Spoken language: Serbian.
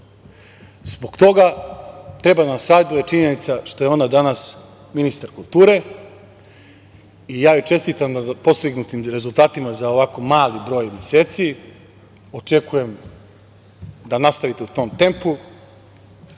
Zbog toga treba da nas raduje činjenica što je ona danas ministar kulture i ja joj čestitam na postignutim rezultatima za ovako mali broj meseci. Očekujem da nastavite tim tempom